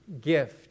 gift